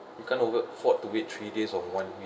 we can't over afford to wait three days or one week